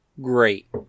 great